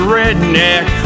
redneck